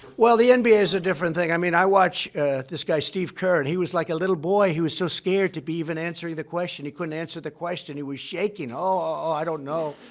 well, the nba is a different thing. i mean, i watch this guy, steve kerr, and he was like a little boy. he was so scared to be even answering the question. he couldn't answer the question. he was shaking. oh, i don't know.